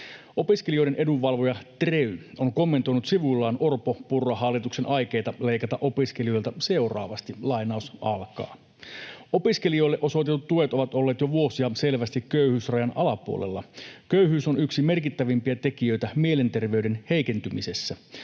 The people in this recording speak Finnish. Opiskelijoiden edunvalvoja TREY on kommentoinut sivuillaan Orpo—Purra-hallituksen aikeita leikata opiskelijoilta seuraavasti: ”Opiskelijoille osoitetut tuet ovat olleet jo vuosia selvästi köyhyysrajan alapuolella. Köyhyys on yksi merkittävimpiä tekijöitä mielenterveyden heikentymisessä.